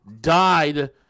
died